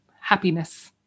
happiness